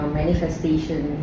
manifestation